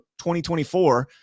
2024